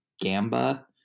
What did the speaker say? gamba